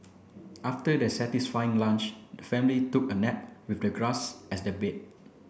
after their satisfying lunch the family took a nap with the grass as their bed